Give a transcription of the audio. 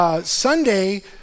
Sunday